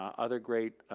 um other great